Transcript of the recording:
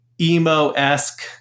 emo-esque